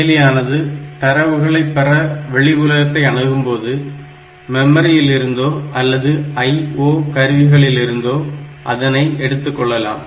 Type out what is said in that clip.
செயலியானது தரவுகளை பெற வெளி உலகத்தை அணுகும்போது மெமரியிலிருந்தோ அல்லது IO கருவிகளிலிருந்தோ அதனை எடுத்துக்கொள்ளலாம்